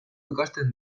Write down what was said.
ikasten